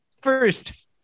First